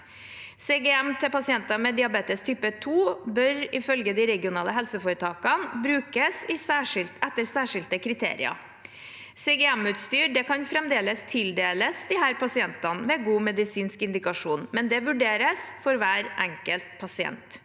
CGM til pasienter med diabetes type 2 bør, ifølge de regionale helseforetakene, brukes etter særskilte kriterier. CGM-utstyr kan fremdeles tildeles disse pasientene ved god medisinsk indikasjon, men det vurderes for hver enkelt pasient.